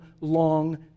long